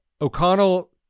O'Connell